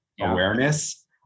awareness